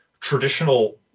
traditional